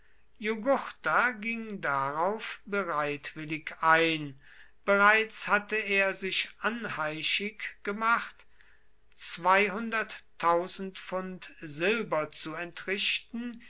jugurtha ging darauf bereitwillig ein bereits hatte er sich anheischig gemacht pfund silber zu entrichten